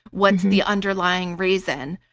what's the underlying reason?